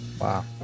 Wow